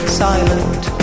silent